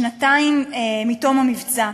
שנתיים מתום המבצע,